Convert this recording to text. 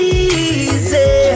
easy